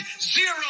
zero